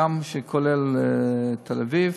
שכולל גם את תל אביב,